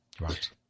Right